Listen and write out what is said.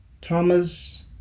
Thomas